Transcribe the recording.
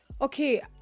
Okay